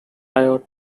riot